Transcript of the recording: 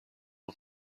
اون